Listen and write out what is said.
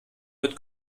mit